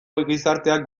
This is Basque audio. gizarteak